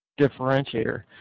differentiator